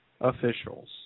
officials